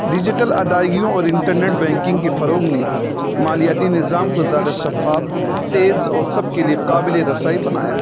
digital ادائیگیوں اور internet banking کے فروغ نے مالیاتی نظام کو زیادہ شفاف تیز و سب کے لیے قابل رسائی بنایا ہے